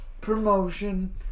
promotion